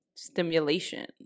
stimulation